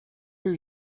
que